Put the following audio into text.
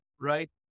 right